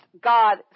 God